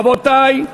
רבותי,